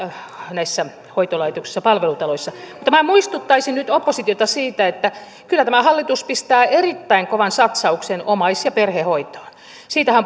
hoitolaitoksissa palvelutaloissa minä muistuttaisin nyt oppositiota siitä että kyllä tämä hallitus pistää erittäin kovan satsauksen omais ja perhehoitoon siitähän